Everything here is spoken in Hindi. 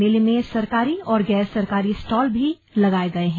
मेले में सरकारी और गैर सरकारी स्टॉल भी लगाए गए हैं